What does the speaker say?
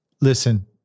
Listen